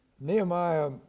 Nehemiah